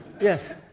Yes